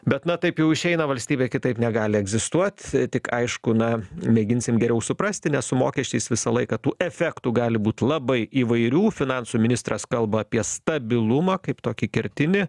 bet na taip jau išeina valstybė kitaip negali egzistuot tik aišku na mėginsim geriau suprasti nes su mokesčiais visą laiką tų efektų gali būt labai įvairių finansų ministras kalba apie stabilumą kaip tokį kertinį